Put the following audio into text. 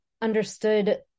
understood